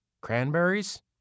Cranberries